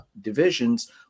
divisions